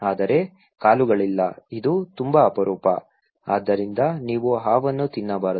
ಆದರೆ ಕಾಲುಗಳಿಲ್ಲ ಇದು ತುಂಬಾ ಅಪರೂಪ ಆದ್ದರಿಂದ ನೀವು ಹಾವನ್ನು ತಿನ್ನಬಾರದು